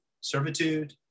servitude